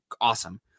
Awesome